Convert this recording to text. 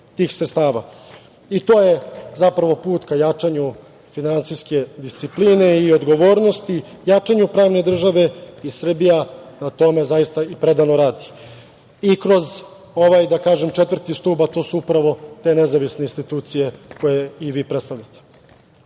i to je zapravo put ka jačanju finansijske discipline i odgovornosti, jačanju pravne države i Srbija na tome zaista predano radi i kroz ovaj, da kažem, četvrti stub, a to su upravo te nezavisne institucije koje i vi predstavljate. Smatram